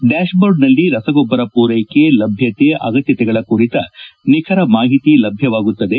dash ಬೋರ್ಡ್ನಲ್ಲಿ ರಸಗೊಬ್ಬರ ಪೂರೈಕೆ ಲಭ್ಯತೆ ಅಗತ್ಯತೆಗಳ ಕುರಿತ ನಿಖರ ಮಾಹಿತಿ ಲಭ್ಯವಾಗುತ್ತದೆ